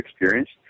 experienced